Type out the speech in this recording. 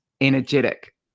energetic